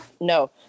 No